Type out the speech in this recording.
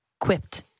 quipped